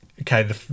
okay